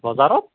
বজাৰত